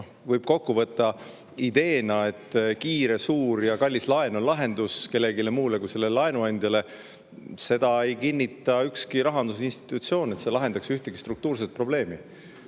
võib kokku võtta ideena, et kiire, suur ja kallis laen on lahendus kellelegi muule kui sellele laenuandjale – ükski rahandusinstitutsioon ei kinnita, et see lahendaks ühtegi struktuurset probleemi.